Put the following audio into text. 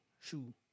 shoe